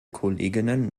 kolleginnen